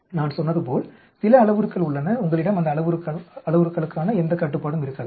நான் சொன்னது போல் சில அளவுருக்கள் உள்ளன உங்களிடம் அந்த அளவுருக்களுக்கான எந்த கட்டுப்பாடும் இருக்காது